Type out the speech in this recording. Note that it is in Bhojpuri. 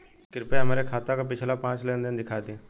कृपया हमरे खाता क पिछला पांच लेन देन दिखा दी